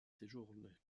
séjourne